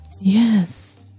Yes